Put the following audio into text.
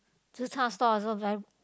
tze-char stall also very